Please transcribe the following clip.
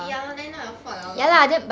ya lor then not your fault liao lor